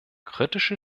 kritische